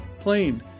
plane